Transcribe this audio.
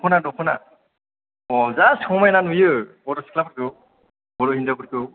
दख'ना दख'ना जा समायना नुयो बर' सिख्लाफोरखौ बर' हिन्जावफोरखौ